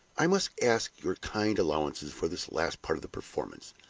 i must ask your kind allowances for this last part of the performance.